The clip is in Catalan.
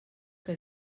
que